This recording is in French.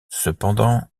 cependant